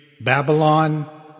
Babylon